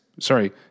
sorry